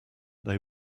they